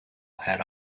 had